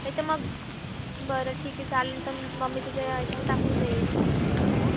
नाही तर मग बरं ठीक आहे चालेल तर मग मी तुझ्या याच्यावर टाकून देईल हां